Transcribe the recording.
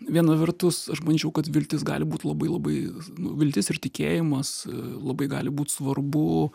viena vertus aš manyčiau kad viltis gali būt labai labai nu viltis ir tikėjimas labai gali būt svarbu